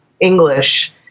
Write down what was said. English